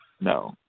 No